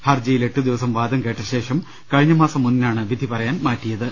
ഹർജിയിൽ എട്ടുദിവസം വാദം കേട്ടശേഷം കഴിഞ്ഞമാസം ഒന്നിനാണ് വിധി പറയാൻ മാറ്റിയത്